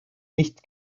nicht